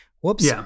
whoops